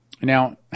Now